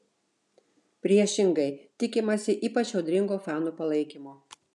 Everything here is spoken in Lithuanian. priešingai tikimasi ypač audringo fanų palaikymo